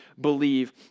believe